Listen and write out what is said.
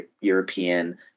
European